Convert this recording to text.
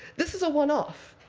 this is a one-off.